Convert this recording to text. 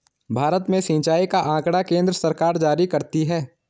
भारत में सिंचाई का आँकड़ा केन्द्र सरकार जारी करती है